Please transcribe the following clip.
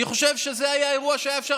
אני חושב שזה היה אירוע שהיה אפשר